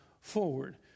forward